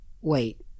wait